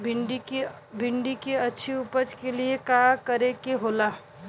भिंडी की अच्छी उपज के लिए का का करे के होला?